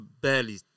barely